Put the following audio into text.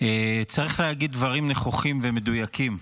צריך להגיד דברים נכוחים ומדויקים.